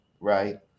right